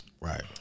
Right